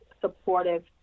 supportive